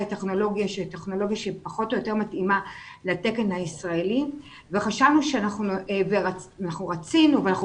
טכנולוגיה שפחות או יותר מתאימה לתקן הישראלי ואנחנו רצינו ואנחנו